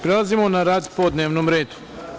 Prelazimo na rad po dnevnom redu.